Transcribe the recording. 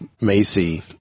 Macy